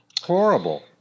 Horrible